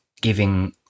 giving